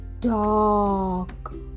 dog